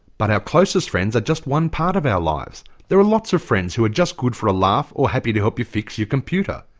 but our closest friends are just one part of our lives. there are lots of friends who are just good for a laugh, or happy to help you fix your computer.